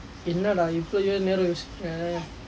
என்னடா இவ்வளவு நேரம் யோசிக்கிற:ennadaa ivvalavu naeram yosikkira